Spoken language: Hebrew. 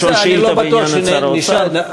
לשאול שאילתה בעניין את שר האוצר.